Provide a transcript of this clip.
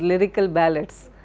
lyrical ballads,